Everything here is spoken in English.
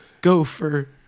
gopher